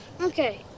Okay